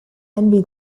envy